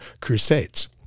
Crusades